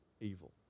evil